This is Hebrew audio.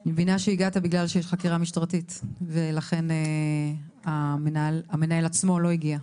אני מבינה שהגעת בגלל שיש חקירה משטרתית ולכן המנהל עצמו לא הגיע.